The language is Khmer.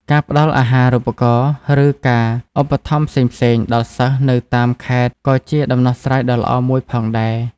ការផ្តល់អាហារូបករណ៍ ឬការឧបត្ថម្ភផ្សេងៗដល់សិស្សនៅតាមខេត្តក៏ជាដំណោះស្រាយដ៏ល្អមួយផងដែរ។